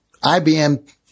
IBM